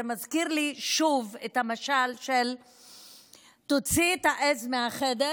זה מזכיר לי שוב את המשל של תוציא את העז מהחדר,